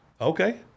Okay